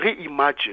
reimagine